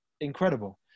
incredible